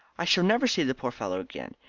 i shall never see the poor fellow again.